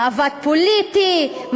מאבק פוליטי,